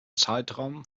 zeitraum